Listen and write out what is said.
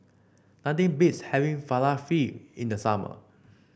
nothing beats having Falafel in the summer